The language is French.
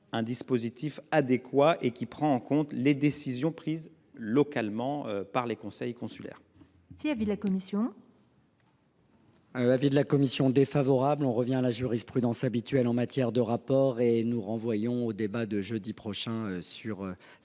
d’un dispositif adéquat, qui prenne en compte les décisions prises localement par les conseils consulaires.